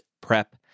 Prep